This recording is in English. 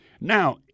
Now